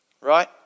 right